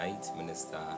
Minister